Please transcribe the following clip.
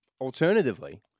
Alternatively